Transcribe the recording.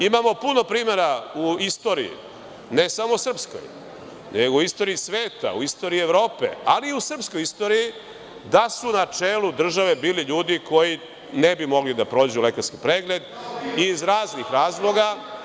Imamo puno primera u istoriji, ne samo srpskoj, nego i u istoriji sveta, u istoriji Evrope, ali i u srpskoj istoriji, da su na čelu države bili ljudi koji ne bi mogli da prođu lekarski pregled iz raznih razloga.